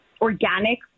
organic